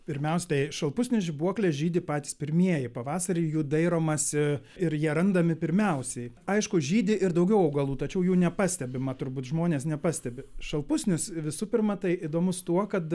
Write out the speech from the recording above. pirmiausia tai šalpusnis žibuoklė žydi patys pirmieji pavasarį jų dairomasi ir jie randami pirmiausiai aišku žydi ir daugiau augalų tačiau jų nepastebima turbūt žmonės nepastebi šalpusnis visų pirma tai įdomus tuo kad